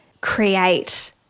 create